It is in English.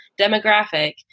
demographic